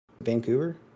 Vancouver